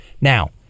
Now